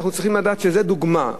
אנחנו צריכים לדעת שזה דוגמה,